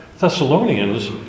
Thessalonians